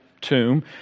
tomb